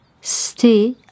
Stay